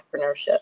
entrepreneurship